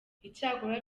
icyakora